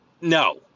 no